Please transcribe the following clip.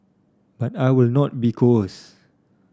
but I will not be coerced